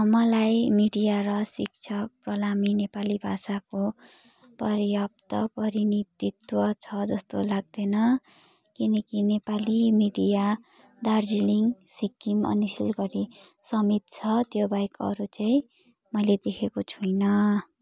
मलाई मिडिया र शिक्षक प्रलामी नेपाली भाषाको पर्याप्त परिनितित्व छ जस्तो लाग्दैन किनकि नेपाली मिडिया दार्जिलिङ सिक्किम अनि सिलगडी समेत छ त्यो बाहेक अरू चाहिँ मैले देखेको छुइनँ